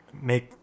make